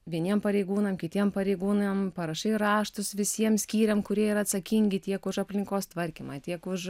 vieniem pareigūnam kitiem pareigūnam parašai raštus visiem skyriam kurie yra atsakingi tiek už aplinkos tvarkymą tiek už